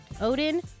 odin